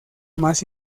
más